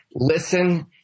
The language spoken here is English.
Listen